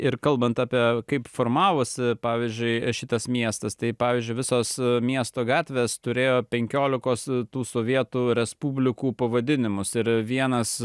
ir kalbant apie kaip formavosi pavyzdžiui šitas miestas tai pavyzdžiui visos miesto gatvės turėjo penkiolikos tų sovietų respublikų pavadinimus ir vienas